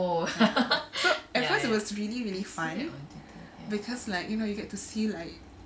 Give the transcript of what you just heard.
ya so at first it was really really fun because like you know you get to see like